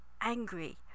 angry